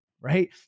right